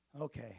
Okay